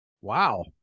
Wow